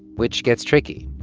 which gets tricky.